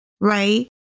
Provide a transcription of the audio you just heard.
right